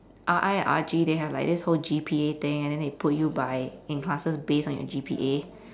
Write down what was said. R_I and R_G they have like this whole G_P_A thing and then they put you by in classes based on your G_P_A